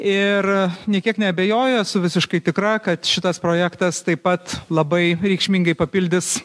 ir nė kiek neabejoju esu visiškai tikra kad šitas projektas taip pat labai reikšmingai papildys